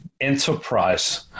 enterprise